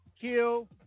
Kill